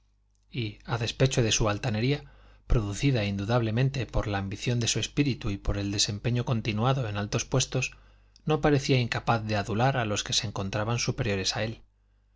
y a despecho de su altanería producida indudablemente por la ambición de su espíritu y por el desempeño continuado de altos puestos no parecía incapaz de adular a los que se encontraban superiores a él